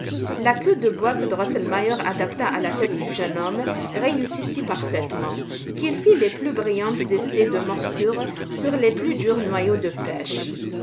la queue de bois que drosselmeier adapta à la tête du jeune homme réussit si parfaitement qu'il fit les plus brillants essais de morsure sur les plus durs noyaux de pêches